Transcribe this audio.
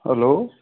hello